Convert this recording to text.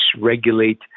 regulate